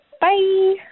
bye